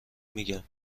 میگم